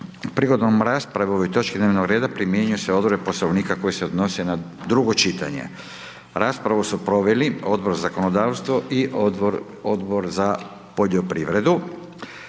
Prigodom rasprave o ovoj točki dnevnog reda primjenjuju se odredbe poslovnika koje se odnose na drugo čitanje zakona. Raspravu su proveli Odbor za zakonodavstvo, Odbor za zaštitu